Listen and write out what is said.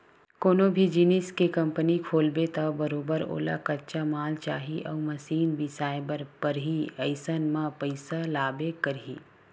कोनो भी जिनिस के कंपनी खोलबे त बरोबर ओला कच्चा माल चाही अउ मसीन बिसाए बर परही अइसन म पइसा लागबे करही